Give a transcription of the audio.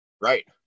Right